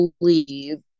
believe